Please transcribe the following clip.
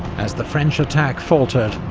as the french attack faltered,